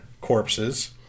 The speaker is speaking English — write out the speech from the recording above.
corpses